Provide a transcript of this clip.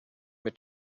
mit